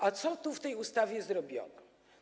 A co w tej ustawie zrobiono?